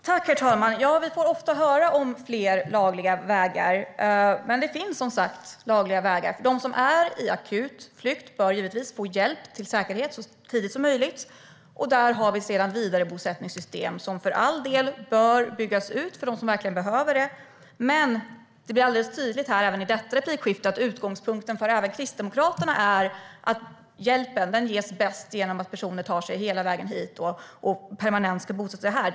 Herr talman! Vi får ofta höra om fler lagliga vägar, men det finns som sagt lagliga vägar. De som är på akut flykt bör givetvis få hjälp till säkerhet så tidigt som möjligt, och vi har sedan vidarebosättningssystem som för all del bör byggas ut för dem som verkligen behöver det. Men det blir alldeles tydligt i detta replikskifte att utgångspunkten även för Kristdemokraterna är att hjälpen bäst ges genom att personer tar sig hela vägen hit och permanent ska bosätta sig här.